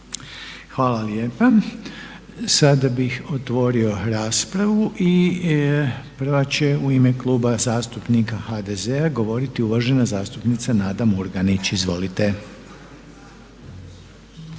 Hvala lijepa. Sada bih otvorio raspravu i prva će u ime Kluba zastupnika HDZ-a govoriti uvažena zastupnica Nada Murganić. Izvolite.